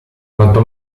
quanto